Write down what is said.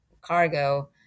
cargo